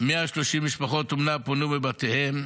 130 משפחות אומנה פונו מבתיהן,